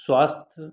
स्वास्थय